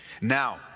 Now